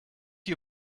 you